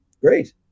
Great